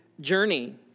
journey